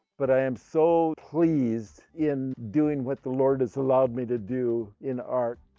but i am so pleased in doing what the lord has allowed me to do in art.